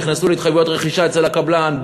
נכנסו להתחייבויות רכישה אצל הקבלן,